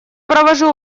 провожу